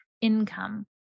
income